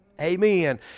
amen